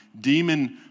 demon